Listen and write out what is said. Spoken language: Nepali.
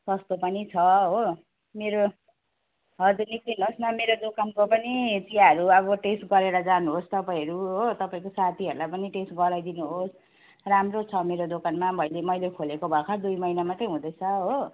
सस्तो पनि छ हो मेरो हजुर निक्लिनुहोस् न मेरो दोकानको पनि चियाहरू अब टेस्ट गरेर जानुहोस् तपाईँहरू तपाईँहरूको साथीहरूलाई पनि टेस्ट गराइदिनुहोस् राम्रो छ मेरो दोकानमा मैले मैले खोलेको भर्खर दुई महिना मात्रै हुँदैछ हो